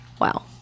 wow